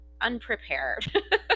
unprepared